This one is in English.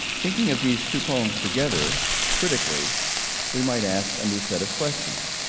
thinking of these two poems together critically we might ask a new set of questions.